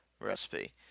recipe